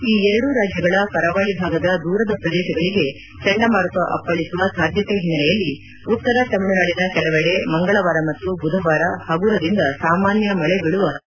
ಈ ಎರಡೂ ರಾಜ್ಯಗಳ ಕರಾವಳಿ ಭಾಗದ ದೂರದ ಪ್ರದೇಶಗಳಿಗೆ ಚಂಡಮಾರುತ ಅಪ್ಪಳಿಸುವ ಸಾಧ್ಯಕೆ ಹಿನ್ನೆಲೆಯಲ್ಲಿ ಉತ್ತರ ತಮಿಳುನಾಡಿನ ಕೆಲವೆಡೆ ಮಂಗಳವಾರ ಮತ್ತು ಬುಧವಾರ ಹಗುರದಿಂದ ಸಾಮಾನ್ಯ ಮಳೆ ಬೀಳುವ ನಿರೀಕ್ಷೆಯಿದೆ